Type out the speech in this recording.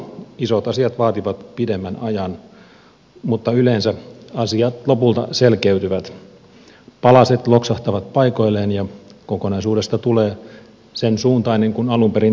isot asiat vaativat pidemmän ajan mutta yleensä asiat lopulta selkeytyvät palaset loksahtavat paikoilleen ja kokonaisuudesta tulee sen suuntainen kuin alun perin tavoiteltiin